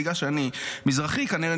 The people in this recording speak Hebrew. בגלל שאני מזרחי כנראה,